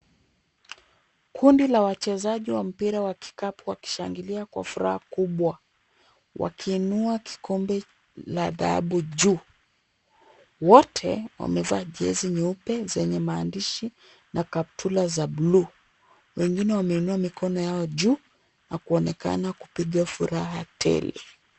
Kundi la wachezaji wa mpira wa kikapu wakishangilia kwa furaha kubwa wakiiunua kikombe la dhahabu juu. Wote wamevaa jezi nyeupe zenye maandishi na kaptula za bluu. Wengine wameinua mikono yao juu na kuonekana kupiga furaha tele.